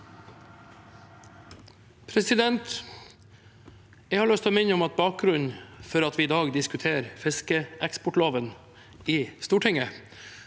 Jeg har lyst til å minne om at bakgrunnen for at vi i dag diskuterer fiskeeksport loven i Stortinget,